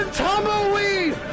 tumbleweed